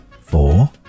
Four